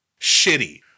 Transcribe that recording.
shitty